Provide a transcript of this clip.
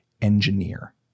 engineer